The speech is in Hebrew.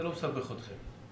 זה לא מסבך אתכם.